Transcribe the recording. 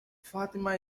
fatima